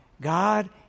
God